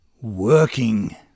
Working